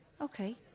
Okay